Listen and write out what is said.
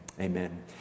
Amen